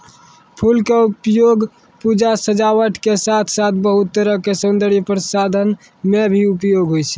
फूल के उपयोग पूजा, सजावट के साथॅ साथॅ बहुत तरह के सौन्दर्य प्रसाधन मॅ भी होय छै